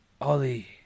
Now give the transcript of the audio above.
Ollie